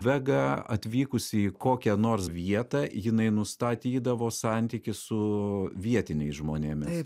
vega atvykusi į kokią nors vietą jinai nustatydavo santykį su vietiniais žmonėmis